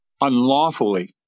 unlawfully